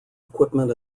equipment